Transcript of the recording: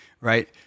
right